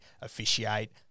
officiate